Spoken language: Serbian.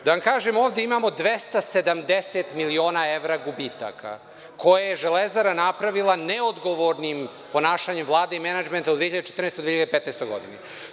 Da vam kažem, ovde imamo 270 miliona evra gubitaka koje je „Železara“ napravila neodgovornim ponašanjem Vlade i menadžmenta u 2014. i 2015. godini.